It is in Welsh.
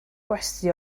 gwesty